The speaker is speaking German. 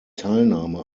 teilnahme